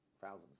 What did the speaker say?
thousands